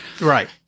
Right